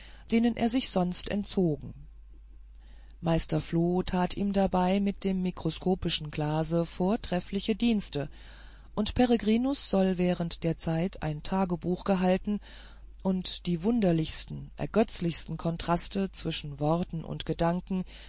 denen er sich sonst entzogen meister floh tat ihm dabei mit dem mikroskopischen glase vortreffliche dienste und peregrinus soll während der zeit ein tagebuch gehalten und die wunderlichsten ergötzlichsten kontraste zwischen worten und gedanken